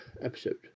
episode